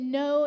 no